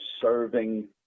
serving